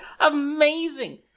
amazing